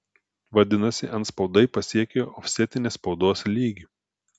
vadinasi antspaudai pasiekė ofsetinės spaudos lygį